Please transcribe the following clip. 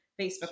Facebook